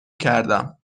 کردم